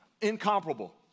incomparable